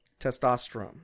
testosterone